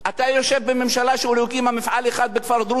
אתה יושב בממשלה שלא הקימה מפעל אחד בכפר דרוזי.